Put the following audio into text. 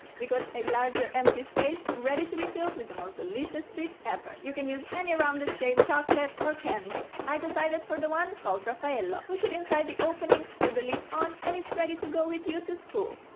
we got a larger empty space, ready to be filled with the most delicious treat ever! you can use any rounded shaped chocolate or candy. i decided for the one called rafaello. push it inside the opening, screw the lid on and it's ready to go with you to school!